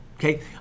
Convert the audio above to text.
Okay